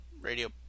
Radio